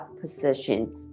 position